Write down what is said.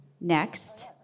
next